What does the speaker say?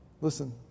Listen